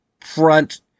front